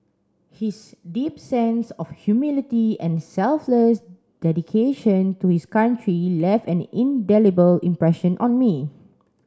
his deep sense of humility and selfless dedication to his country left an indelible impression on me